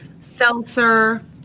seltzer